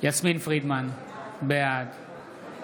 יסמין פרידמן, בעד